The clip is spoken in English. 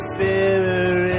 Spirit